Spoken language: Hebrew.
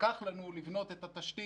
לקח לנו שמונה שנים לבנות את התשתית,